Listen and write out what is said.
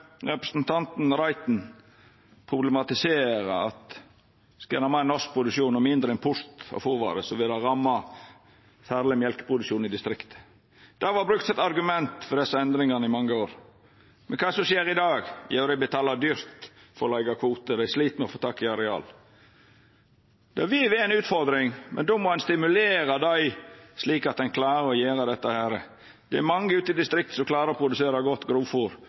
Representanten Reiten problematiserer at skal ein ha meir norsk produksjon og mindre import av fôrvarer, vil det ramma særleg mjølkeproduksjonen i distrikta. Det vart brukt som argument for desse endringane i mange år. Men kva er det som skjer i dag? Dei betaler dyrt for å leiga kvote, dei slit med å få tak i areal. Det vil vera ei utfordring, men då må ein stimulera dei slik at ein klarer å gjera dette. Det er mange ute i distrikta som klarer å produsera godt